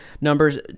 numbers